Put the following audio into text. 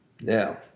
Now